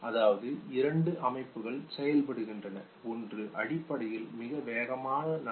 அதாவது இரண்டு அமைப்புகள் செயல்படுகின்றன ஒன்று அடிப்படையில் மிக வேகமாக நகரும்